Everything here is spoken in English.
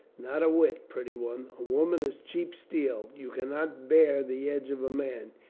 not a whit, pretty one. a woman is cheap steel. you can not bear the edge of a man.